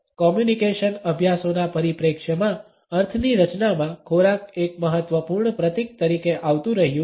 communication અભ્યાસોના પરિપ્રેક્ષ્યમાં અર્થની રચનામાં ખોરાક એક મહત્વપૂર્ણ પ્રતીક તરીકે આવતુ રહ્યું છે